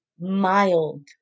mild